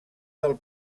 del